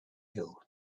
you